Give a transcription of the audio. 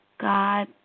God